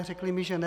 Řekli mi, že ne.